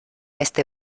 este